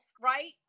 right